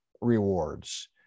rewards